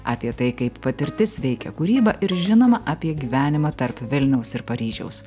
apie tai kaip patirtis veikia kūrybą ir žinoma apie gyvenimą tarp vilniaus ir paryžiaus